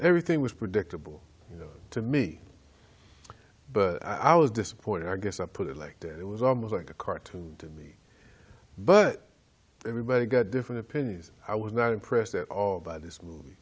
everything was predictable to me but i was disappointed i guess i put it like that it was almost like a cartoon to me but everybody got different opinions i was not impressed at all by this